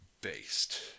based